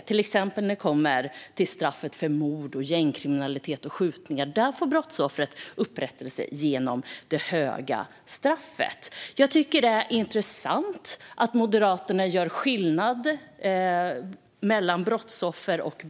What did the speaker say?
Ta till exempel straffen för mord, gängkriminalitet och skjutningar. Där får brottsoffret upprättelse genom det hårda straffet. Jag tycker att det är intressant att Moderaterna gör skillnad på brottsoffer.